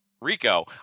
Rico